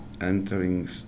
entering